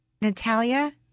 Natalia